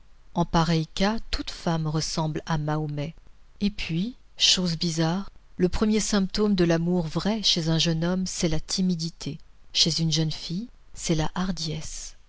en pareil cas toute femme ressemble à mahomet et puis chose bizarre le premier symptôme de l'amour vrai chez un jeune homme c'est la timidité chez une jeune fille c'est la hardiesse